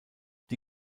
die